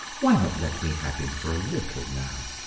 why not let me have him for a little now?